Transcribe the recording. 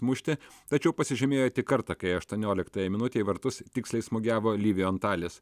mušti tačiau pasižymėjo tik kartą kai aštuonioliktąją minutę į vartus tiksliai smūgiavo livijon talis